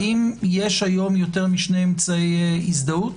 האם יש היום יותר משני אמצעי הזדהות?